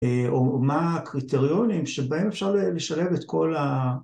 אה, או מה הקריטריונים שבהם אפשר ל לשלב את כל ה...